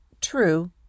True